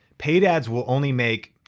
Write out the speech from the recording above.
paid ads will only make,